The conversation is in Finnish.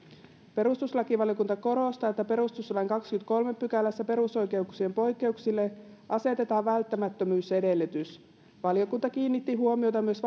perustuslakivaliokunta korostaa että perustuslain kahdennessakymmenennessäkolmannessa pykälässä perusoikeuksien poikkeuksille asetetaan välttämättömyysedellytys valiokunta kiinnitti huomiota myös